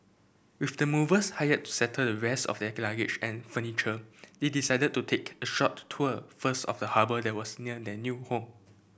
with the movers hired to settle the rest of their luggage and furniture they decided to take a short tour first of the harbour that was near their new home